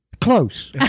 close